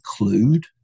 include